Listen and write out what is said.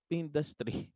industry